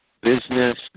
business